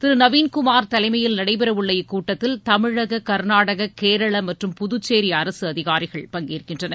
திரு நவீன்குமார் தலைமையில் நடைபெறவுள்ள இக்கூட்டத்தில் தமிழக கர்நாடக கேரளா மற்றும் புதுச்சேரி அரசு அதிகாரிகள் பங்கேற்கின்றனர்